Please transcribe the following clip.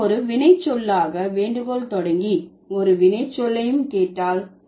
நாம் ஒரு வினைச்சொல்லாக வேண்டுகோள் தொடங்கி ஒரு வினைச்சொல்லையும் கேட்டால்